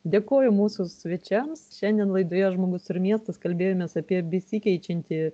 dėkoju mūsų svečiams šiandien laidoje žmogus ir miestas kalbėjomės apie besikeičiantį